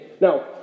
Now